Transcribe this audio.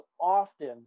often